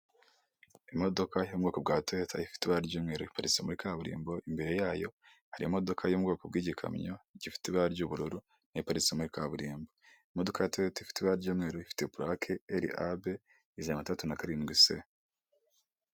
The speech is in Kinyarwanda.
Imodoka yobwoko bwa toyota ifite ibara ry'umweru iparisa muri kaburimbo imbere yayo hari imodoka y'ubwoko bw'igikamyo gifite ibara ry'ubururu, n'iparitse muri kaburimbo, imodoka ya toyota ifite ibara ry'umweru ifite purake, eri abe ijana na mirongo itandatu na karindwi se.